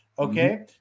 Okay